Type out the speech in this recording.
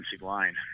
line